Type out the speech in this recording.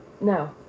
No